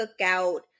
cookout